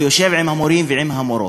ויושב עם המורים ועם המורות.